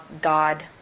God